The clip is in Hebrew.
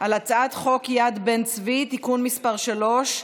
על הצעת חוק יד בן-צבי (תיקון מס' 3)